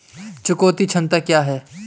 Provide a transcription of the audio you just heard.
चुकौती क्षमता क्या है?